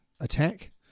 attack